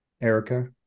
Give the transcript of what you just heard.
erica